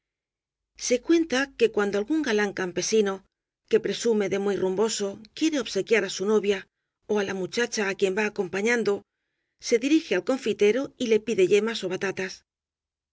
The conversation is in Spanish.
se cuenta que cuando algún galán campesino que presume de muy rumboso quiere obsequiar á su novia ó á la muchacha á quien va acompañan do se dirige al confitero y le pide yemas ó batatas